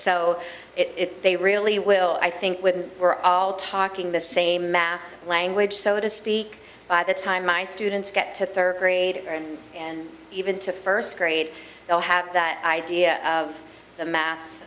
so it they really will i think with we're all talking the same math language so to speak by the time my students get to third grade and even to first grade they'll have that idea of the math